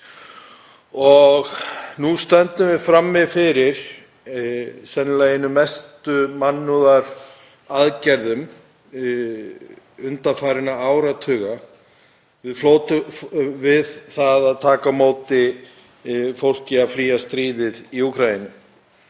og nú stöndum við frammi fyrir sennilega einum mestu mannúðaraðgerðum undanfarinna áratuga við það að taka á móti fólki að flýja stríðið í Úkraínu.